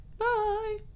Bye